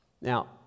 Now